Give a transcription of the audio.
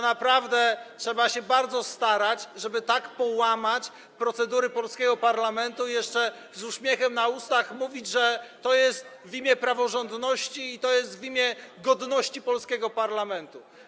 Naprawdę trzeba się bardzo starać, żeby tak połamać procedury polskiego parlamentu i jeszcze z uśmiechem na ustach mówić, że to jest w imię praworządności i w imię godności polskiego parlamentu.